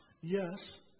yes